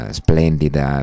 splendida